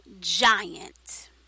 giant